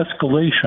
escalation